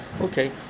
Okay